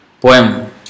poem